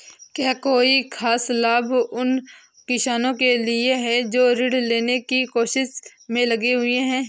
क्या कोई खास लाभ उन किसानों के लिए हैं जो ऋृण लेने की कोशिश में लगे हुए हैं?